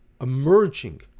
emerging